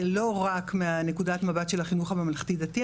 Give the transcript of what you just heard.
זה לא רק מנקודת המבט של החינוך הממלכתי-דתי,